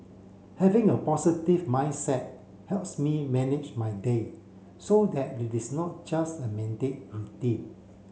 having a positive mindset helps me manage my day so that it is not just a mandate routine